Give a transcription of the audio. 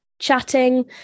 chatting